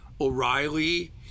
O'Reilly